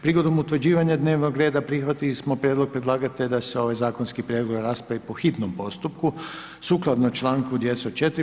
Prigodom utvrđivanja dnevnog reda, prihvatili smo prijedlog predlagatelja, da se ovaj zakonski prijedlog raspravi po hitnom postupku, sukladno članku 204.